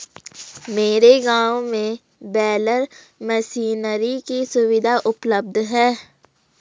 मेरे गांव में बेलर मशीनरी की सुविधा उपलब्ध है